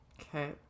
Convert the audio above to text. Okay